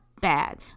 bad